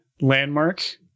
Landmark